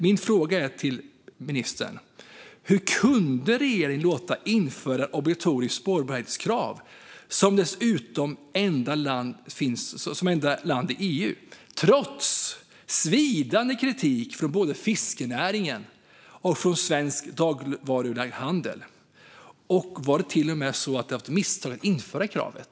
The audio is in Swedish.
Min fråga till ministern är dock: Hur kunde regeringen låta införa ett obligatoriskt spårbarhetskrav, dessutom som enda land i EU, trots svidande kritik från både fiskenäringen och svensk dagligvaruhandel? Var det till och med så att det var ett misstag att införa kravet?